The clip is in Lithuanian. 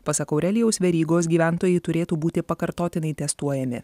pasak aurelijaus verygos gyventojai turėtų būti pakartotinai testuojami